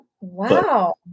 wow